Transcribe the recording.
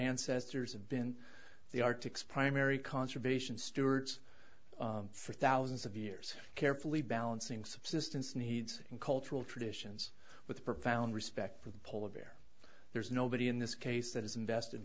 ancestors have been the arctic's primary conservation stewarts for thousands of years carefully balancing subsistence needs and cultural traditions with profound respect for the polar bear there's nobody in this case that is invested